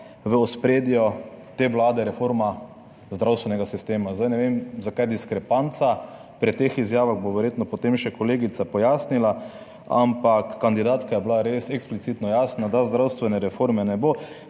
v ospredju te vlade reforma zdravstvenega sistema. Ne vem, zakaj diskrepanca pri teh izjavah. Bo verjetno potem še kolegica pojasnila, ampak kandidatka je bila res eksplicitno jasna, da zdravstvene reforme **27.